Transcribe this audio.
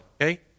okay